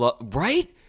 Right